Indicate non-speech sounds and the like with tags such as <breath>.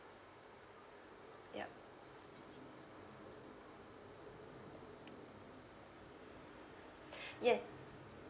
yup <breath> yes